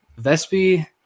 Vespi